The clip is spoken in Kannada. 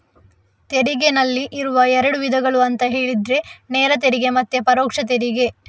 ತೆರಿಗೆನಲ್ಲಿ ಇರುವ ಎರಡು ವಿಧಗಳು ಅಂತ ಹೇಳಿದ್ರೆ ನೇರ ತೆರಿಗೆ ಮತ್ತೆ ಪರೋಕ್ಷ ತೆರಿಗೆ